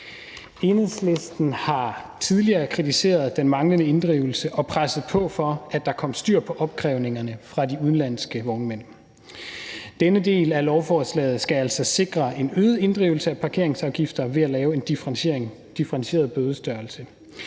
Enhedslisten har tidligere kritiseret den manglende inddrivelse og presset på for, at der kom styr på opkrævningerne fra de udenlandske vognmænd. Den del af lovforslaget skal altså sikre en øget inddrivelse af parkeringsafgifter ved at lave en differentieret bødestørrelse.